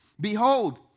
Behold